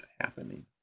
happening